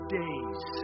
days